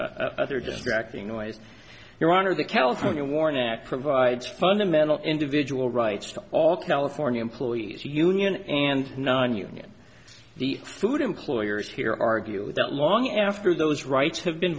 yes other distracting noise your honor the california warning act provides fundamental individual rights to all california employees union and nonunion the food employers here argue that long after those rights have been